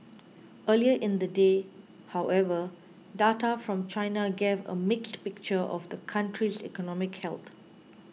earlier in the day however data from China gave a mixed picture of the country's economic health